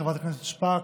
חברת הכנסת שפק,